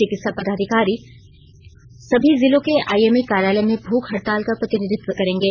चिकित्सा पदाधिकारी सभी जिलों के आइएमए कार्यालय में भूख हड़ताल का प्रतिनिधित्व करेंगे